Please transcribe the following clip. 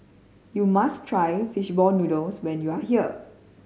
you must try fish ball noodles when you are here